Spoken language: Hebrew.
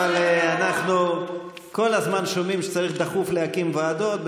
אבל אנחנו כל הזמן שומעים שצריך דחוף להקים ועדות,